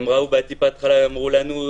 בטיפת חלב אמרו לנו: